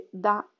da